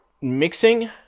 mixing